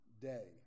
day